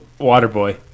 Waterboy